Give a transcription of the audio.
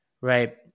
right